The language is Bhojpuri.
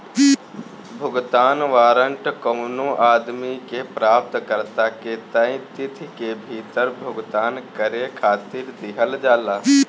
भुगतान वारंट कवनो आदमी के प्राप्तकर्ता के तय तिथि के भीतर भुगतान करे खातिर दिहल जाला